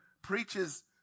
preaches